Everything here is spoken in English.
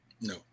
No